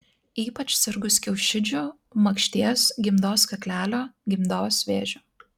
ypač sirgus kiaušidžių makšties gimdos kaklelio gimdos vėžiu